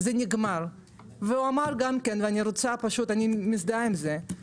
זה נגמר ואני מזדהה עם זה.